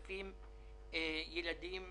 10,000 ילדים